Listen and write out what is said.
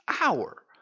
hour